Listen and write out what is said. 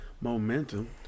momentum